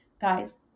guys